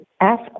Ask